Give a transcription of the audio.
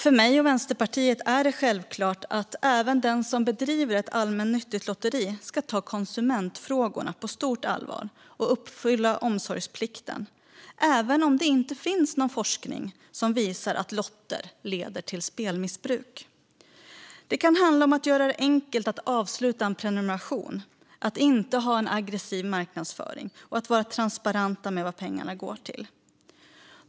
För mig och Vänsterpartiet är det självklart att även den som bedriver ett allmännyttigt lotteri ska ta konsumentfrågorna på stort allvar och uppfylla omsorgsplikten, även om det inte finns någon forskning som visar att lotter leder till spelmissbruk. Det kan handla om att göra det enkelt att avsluta en prenumeration, att inte ha en aggressiv marknadsföring och att vara transparent med vad pengarna går till.